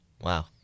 Wow